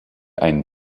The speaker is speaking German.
einen